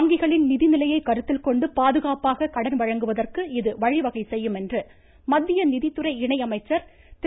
வங்கிகளின் நிதிநிலையை கருத்தில் கொண்டு பாதுகாப்பாக கடன் வழங்குவதற்கு இது வழிவகை செய்யும் என்று மத்திய நிதித்துறை இணை அமைச்சர் திரு